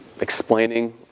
explaining